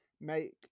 make